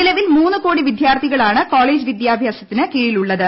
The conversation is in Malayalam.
നിലവിൽ മൂന്ന് കോടി വിദ്യാർത്ഥികളാണ് കോളേജ് വിദ്യാഭ്യാസത്തിനു കീഴിലുള്ളത്